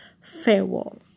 farewell